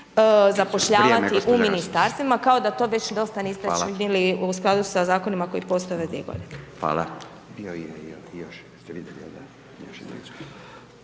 zapošljavati u ministarstvima kao da to već dosta niste činili u skladu sa zakonima koji postoje ove